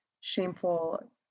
shameful